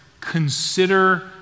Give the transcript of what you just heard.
consider